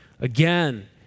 again